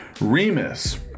Remus